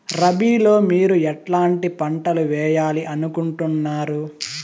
రబిలో మీరు ఎట్లాంటి పంటలు వేయాలి అనుకుంటున్నారు?